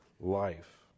life